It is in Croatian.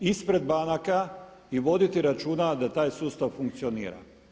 Ispred banaka i voditi računa da taj sustav funkcionira.